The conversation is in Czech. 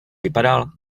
vypadal